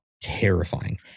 terrifying